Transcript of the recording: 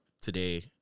today